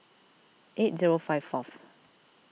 eight zero five fourth